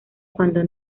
cuando